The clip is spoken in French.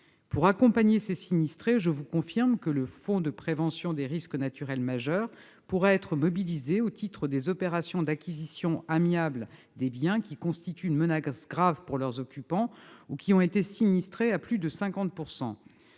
pour accompagner ces sinistrés, le fonds de prévention des risques naturels majeurs pourra être mobilisé au titre des opérations d'acquisition amiable des biens qui constituent une menace grave pour leurs occupants ou qui ont été sinistrés à plus de 50 %.